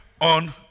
on